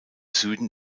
süden